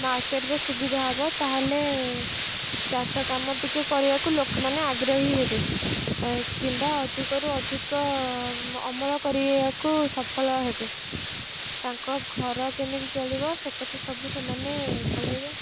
ମାର୍କେଟ୍ରେ ସୁବିଧା ହେବ ତାହେଲେ ଚାଷ କାମ ଟିକେ କରିବାକୁ ଲୋକମାନେ ଆଗ୍ରହୀ ହେବେ କିମ୍ବା ଅଧିକରୁ ଅଧିକ ଅମଳ କରିବାକୁ ସଫଳ ହେବେ ତାଙ୍କ ଘର କେମିତି ଚଳିବ ସେ କଥା ସବୁ ସେମାନେ ଚଳେଇବେ